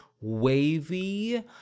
wavy